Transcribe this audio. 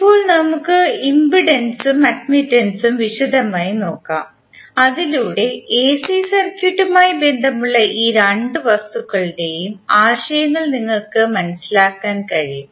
ഇപ്പോൾ നമുക്ക് ഇംപെഡൻസും അഡ്മിറ്റൻസും വിശദമായി നോക്കാം അതിലൂടെ എസി സർക്യൂട്ടമായി ബന്ധമുള്ള ഈ രണ്ട് വസ്തുക്കളുടെയും ആശയങ്ങൾ നിങ്ങൾക്ക് മനസിലാക്കാൻ കഴിയും